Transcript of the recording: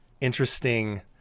interesting